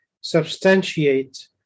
substantiate